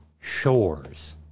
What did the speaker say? shores